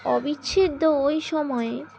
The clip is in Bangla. অবিচ্ছেদ্য ওই সময়ে